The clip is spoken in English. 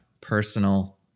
personal